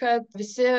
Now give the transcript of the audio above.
kad visi